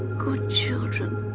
good children,